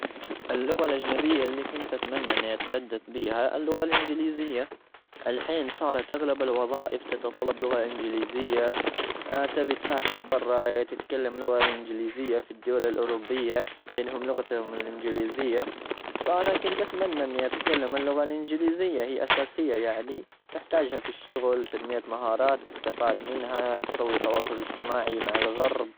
اللغة الأجنبية اللي كنت أتمنى إني أتحدث بيها هي اللغة الإنجليزية. الحين صارت أغلب الوظائف تتطلب لغة إنجليزية. تبي تسافر برا، تتكلم لغة إنجليزية في الدول الأوروبية. لأنهم لغتهم الإنجليزية. فأنا كنت أتمنى إني أتكلم اللغة الإنجليزية هي أساسية، يعني تحتاجها في الشغل، تنمية مهارات تستفاد منها، تسوي تواصل اجتماعي مع الغرب.